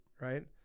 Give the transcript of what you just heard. Right